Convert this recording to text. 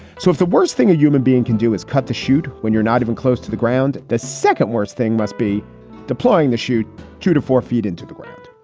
so if the worst thing a human being can do is cut the shoot when you're not even close to the ground. the second worst thing must be deploying the shoot two to four feet into the ground.